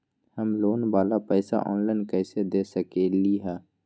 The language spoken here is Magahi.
हम लोन वाला पैसा ऑनलाइन कईसे दे सकेलि ह?